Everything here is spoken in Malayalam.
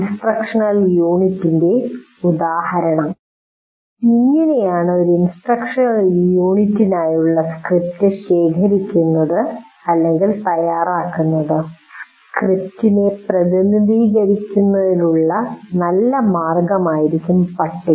ഇൻസ്ട്രക്ഷണൽ യൂണിറ്റിൻ്റെ ഉദാഹരണം ഇങ്ങനെയാണ് ഒരു ഇൻസ്ട്രക്ഷണൽ യൂണിറ്റിനായുള്ള സ്ക്രിപ്റ്റ് ശേഖരിക്കുന്നത് തയ്യാറാക്കുന്നത് സ്ക്രിപ്റ്റിനെ പ്രതിനിധീകരിക്കുന്നതിനുള്ള ഒരു നല്ല മാർഗ്ഗമായിരിക്കും പട്ടിക